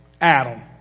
Adam